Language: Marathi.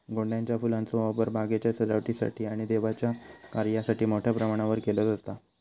गोंड्याच्या फुलांचो वापर बागेच्या सजावटीसाठी आणि देवाच्या कार्यासाठी मोठ्या प्रमाणावर केलो जाता